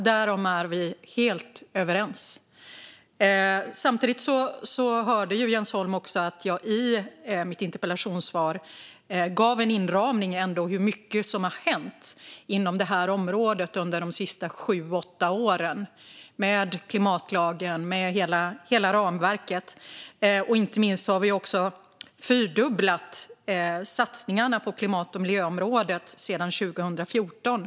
Därom är vi alltså helt överens. Samtidigt hörde Jens Holm också att jag i mitt interpellationssvar gav en inramning av hur mycket som har hänt inom detta område under de senaste sju åtta åren med klimatlagen och med hela ramverket. Inte minst har vi också fyrdubblat satsningarna på klimat och miljöområdet sedan 2014.